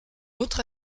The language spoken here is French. autre